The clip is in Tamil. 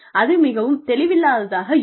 அது மிகவும் தெளிவில்லாததாக இருக்கும்